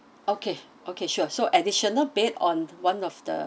okay okay sure so additional bed on one of the